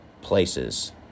places